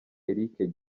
eric